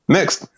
Next